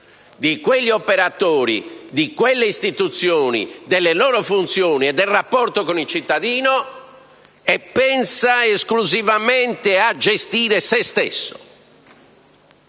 di quegli operatori, di quelle istituzioni, delle loro funzioni e del rapporto con il cittadino e pensa esclusivamente a gestire sé stesso